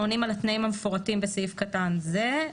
העונים על התנאים המפורטים בסעיף קטן זה,